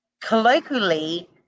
colloquially